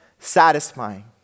satisfying